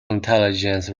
intelligence